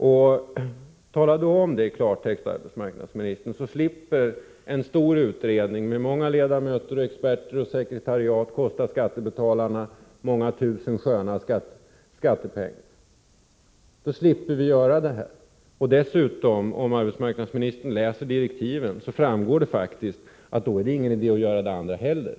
Säg därför i klartext, arbetsmarknadsministern, hur det förhåller sig, så att skattebetalarna slipper betala för en stor utredning med många ledamöter, experter och ett sekretariat. Sådant kostar skattebetalarna många tusen sköna skattekronor. Dessutom vill jag säga följande: Av direktiven, om nu arbetsmarknadsministern läser dem, framgår det faktiskt att det inte är någon idé att göra något annat heller.